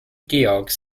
george’s